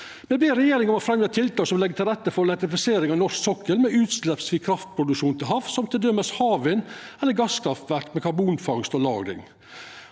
Me ber regjeringa om å fremja tiltak som legg til rette for elektrifisering av norsk sokkel med utsleppsfri kraftproduksjon til havs, som t.d. havvind eller gasskraftverk med karbonfangst og -lagring.